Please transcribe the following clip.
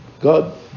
God